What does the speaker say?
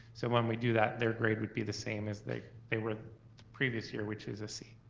so when we do that, their grade would be the same as they they were the previous year, which was a c.